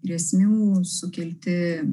grėsmių sukelti